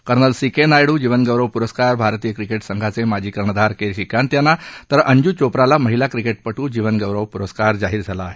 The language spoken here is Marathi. कर्नल सीके नायडू जीवनगौरव पुरस्कार भारतीय क्रिकेट संघांचे माजी कर्णधार के श्रीकांत यांना तर अंजू चोप्राला महिला क्रिकेटपटू जीवनगौरव पुरस्कार जाहीर झाला आहे